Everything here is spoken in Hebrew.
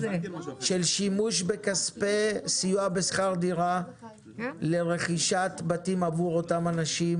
של שימוש בכספי סיוע בשכר דירה לרכישת בתים עבור אותם אנשים,